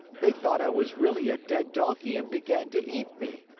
they thought i was really a dead donkey and began to eat me.